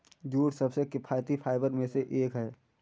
jute सबसे किफायती fibre में से एक है